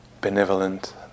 benevolent